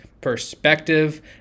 perspective